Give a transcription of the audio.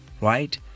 right